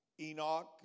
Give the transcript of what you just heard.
Enoch